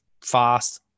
fast